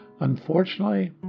Unfortunately